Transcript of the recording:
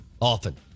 often